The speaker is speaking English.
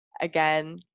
again